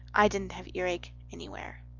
i dident have earake anywhere.